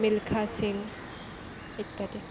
মিল্খা সিং ইত্যাদি